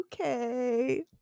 okay